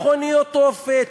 מכוניות תופת,